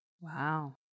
Wow